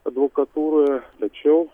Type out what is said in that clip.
advokatūroje tačiau